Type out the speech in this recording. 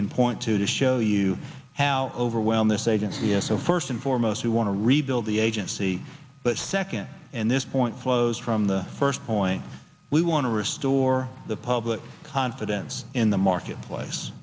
can point to to show you how overwhelmed the stage and you know so first and foremost we want to rebuild the agency but second and this point flows from the first point we want to restore the public confidence in the marketplace